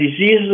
disease